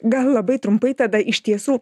gal labai trumpai tada iš tiesų